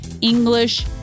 English